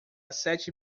sete